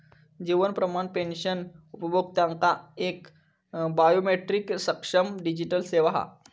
जीवन प्रमाण पेंशन उपभोक्त्यांका एक बायोमेट्रीक सक्षम डिजीटल सेवा हा